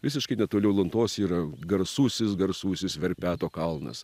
visiškai netoli ulantos yra garsusis garsusis verpeto kalnas